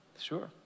sure